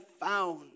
found